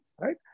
Right